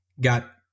got